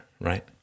Right